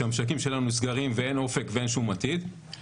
שהמשקים שלנו נסגרים ושאין אופק ואין שום עתיד,